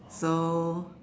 so